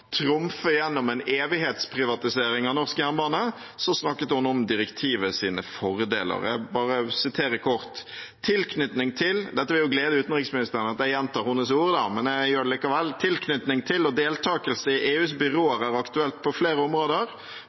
gjennom en evighetsprivatisering av norsk jernbane, snakket hun om direktivets fordeler. Jeg siterer kort – det vil jo glede utenriksministeren at jeg gjentar hennes ord, men jeg gjør det likevel: «Tilknytning til og deltakelse i EUs byråer er aktuelt på flere områder.